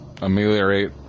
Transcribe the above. ameliorate